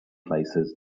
places